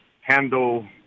handle